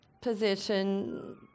position